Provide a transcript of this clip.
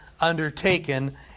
undertaken